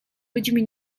ludźmi